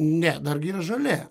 ne dargi yra žolė